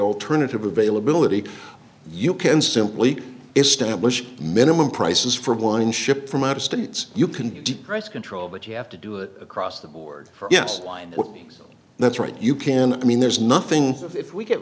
alternative availability you can simply establish minimum prices for one ship from other states you can decrease control but you have to do it across the board for yes that's right you can i mean there's nothing if we get